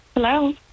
Hello